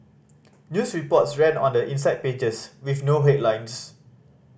news reports runs on the inside pages with no headlines